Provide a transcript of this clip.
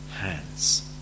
hands